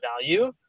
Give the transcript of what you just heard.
value